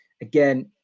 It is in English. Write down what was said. Again